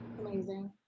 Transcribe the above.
Amazing